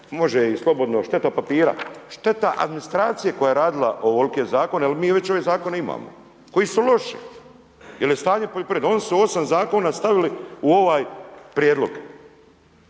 može ih slobodno, šteta papira, šteta administracije koja je radila ovolike zakone jer mi već ove zakone imamo, koji su loši jer je u stanju poljoprivreda. Oni su 8 zakona stavili u ovaj prijedlog,